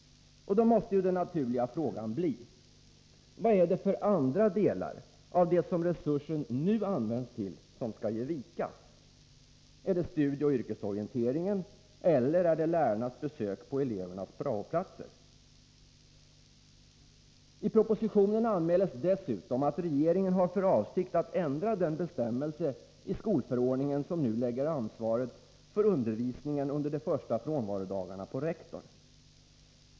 Då måste den naturliga frågan bli: Vad är det för andra delar av det som resursen nu används till som skall ge vika? Är det studieoch yrkesorientering, eller är det lärarnas besök på elevernas prao-platser? I propositionen anmäls dessutom att regeringen har för avsikt att ändra den bestämmelse i skolförordningen som nu lägger ansvaret för undervis ningen under de första frånvarodagarna på rektor.